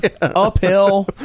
uphill